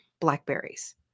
blackberries